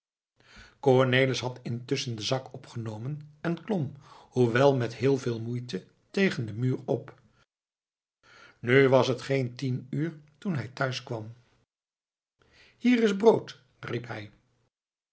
cornelis had intusschen den zak opgenomen en klom hoewel met heel veel moeite tegen den muur op nog was het geen tien uur toen hij thuis kwam hier is brood riep hij